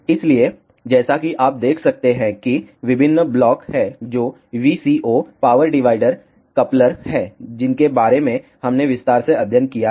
इसलिए जैसा कि आप देख सकते हैं कि विभिन्न ब्लॉक हैं जो VCO पावर डिवाइडर कपलर हैं जिनके बारे में हमने विस्तार से अध्ययन किया है